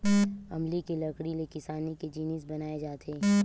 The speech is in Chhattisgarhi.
अमली के लकड़ी ले किसानी के जिनिस बनाए जाथे